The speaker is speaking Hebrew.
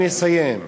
אני מסיים.